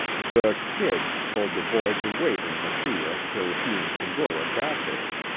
the kid told the boy to wait in mesilla till he and segura got there.